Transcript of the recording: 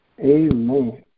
Amen